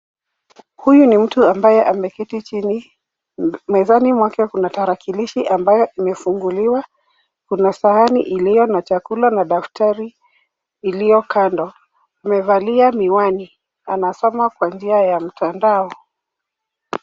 Huyu ni mtu ambaye ameketi chini. Mezani mwake kuna tarakilishi ambayo imefunguliwa, kuna sahani iliyo na chakula na daftari iliyo kando. Amevalia miwani anasoma kwa njia ya mtandao.